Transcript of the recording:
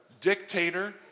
dictator